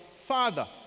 father